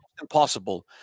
impossible